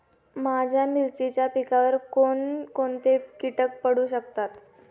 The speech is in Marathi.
माझ्या मिरचीच्या पिकावर कोण कोणते कीटक पडू शकतात?